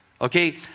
okay